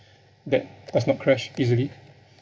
that does not crash easily